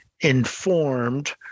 informed